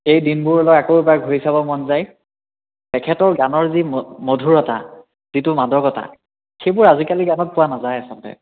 এই দিনবোৰলৈ আকৌ এবাৰ ঘূৰি চাব মন যায় এখেতৰ গানৰ যি ম মধুৰতা যিটো মাদকতা সেইবোৰ আজিকালিৰ গানত পোৱা নাযায় আচলতে